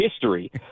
history